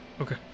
Okay